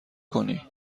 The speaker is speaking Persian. کنی